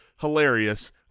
hilarious